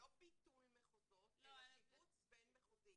לא ביטול מחוזות אלא שיבוץ בין-מחוזי.